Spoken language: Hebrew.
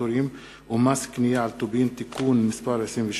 והפטורים ומס קנייה על טובין (תיקון מס' 28),